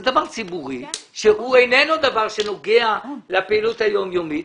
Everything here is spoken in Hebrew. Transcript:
זה דבר ציבורי שהוא איננו דבר שנוגע לפעילות היום יומית,